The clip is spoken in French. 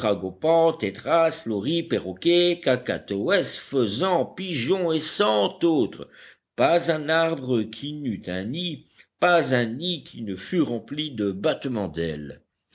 loris perroquets kakatoès faisans pigeons et cent autres pas un arbre qui n'eût un nid pas un nid qui ne fût rempli de battements d'ailes